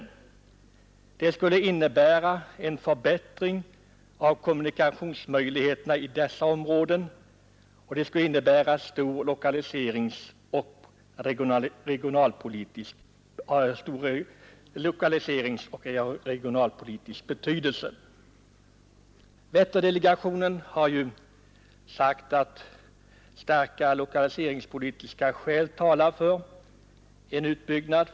En sådan kapacitetsökning skulle innebära en förbättring av kommunikationsmöjligheterna i dessa områden, och den skulle ha stor lokaliseringsoch regionalpolitisk betydelse. Vätterndelegationen har anfört att starka lokaliseringspolitiska skäl talar för en utbyggnad.